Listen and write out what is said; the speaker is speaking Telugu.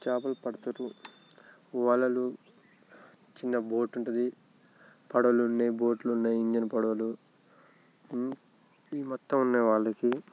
చేపలు పడతారు వలలు చిన్న బోట్ ఉంటుంది పడవలు ఉన్నాయి బోట్లు ఉన్నాయి ఇంజన్ పడవలు ఇవి మొత్తం ఉన్నాయి వాళ్ళకి